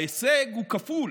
ההישג הוא כפול: